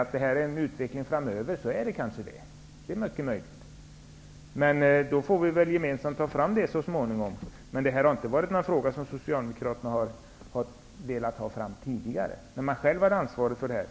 Man hänvisar till utvecklingen framöver, och det är mycket möjligt att man har rätt. Vi får väl så småningom gemensamt ta fram ett material. Den här frågan har Socialdemokraterna, som sagt, tidigare i ansvarsställning inte velat föra fram.